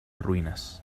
ruinas